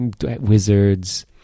wizards